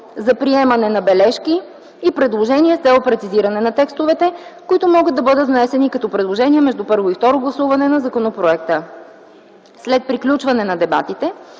за приемане на бележки и предложения с цел прецизиране на текстовете, които могат да бъдат внесени като предложения между първо и второ гласуване на законопроекта. След приключване на дебатите